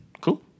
Cool